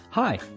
hi